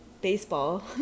baseball